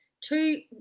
two